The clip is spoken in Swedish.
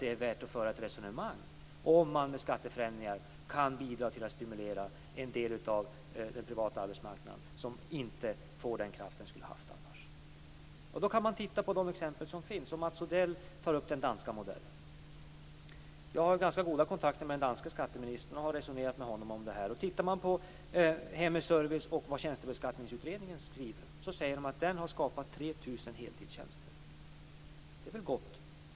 Det är värt att föra ett resonemang om man med skattefrämjande kan stimulera en del av den privata arbetsmarknaden som inte skulle få den kraft den annars behöver. Det går att titta på de exempel som finns. Mats Odell tar upp den danska modellen. Jag har goda kontakter med den danska skatteministern, och jag har resonerat med honom om detta. Tjänstebeskattningsutredningen säger att med den modellen har 3 000 heltidstjänster skapats. Det är gott.